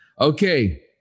okay